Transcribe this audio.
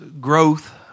growth